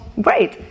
great